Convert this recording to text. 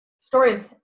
story